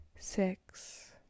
Six